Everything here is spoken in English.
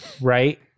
right